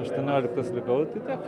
aštuonioliktas likau tai tiek